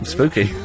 Spooky